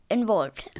Involved